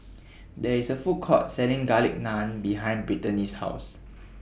There IS A Food Court Selling Garlic Naan behind Brittany's House